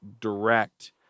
Direct